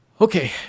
Okay